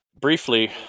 Briefly